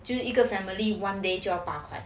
就是一个 family one day 就要八块